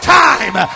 time